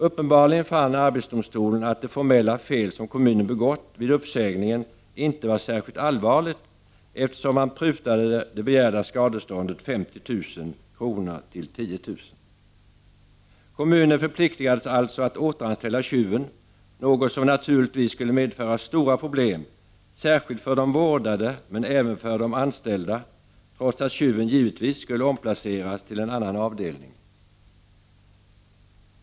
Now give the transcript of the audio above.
Uppenbarligen fann arbetsdomstolen att det formella fel som kommunen begått vid uppsägningen inte var särskilt allvarligt, eftersom man prutade det begärda skadeståndet 50 000 till 10 000 kr. Kommunen förpliktades alltså att återanställa tjuven — något som naturligtvis skulle medföra stora problem särskilt för de vårdade, men även för de anställda — trots att tjuven givetvis skulle ha omplacerats till en annan avdelning.